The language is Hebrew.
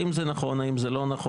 האם זה נכון, האם זה לא נכון?